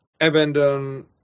abandon